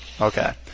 Okay